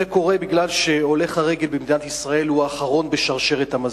זה קורה כי הולך הרגל במדינת ישראל הוא האחרון בשרשרת המזון.